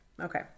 Okay